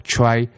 Try